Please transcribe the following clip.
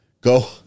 Go